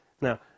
Now